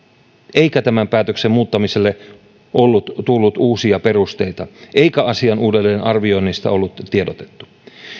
eikä tämän päätöksen muuttamiselle ollut tullut uusia perusteita eikä asian uudelleen arvioinnista ollut tiedotettu